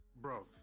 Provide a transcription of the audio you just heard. bro